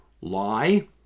lie